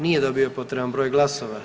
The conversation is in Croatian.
Nije dobio potreban broj glasova.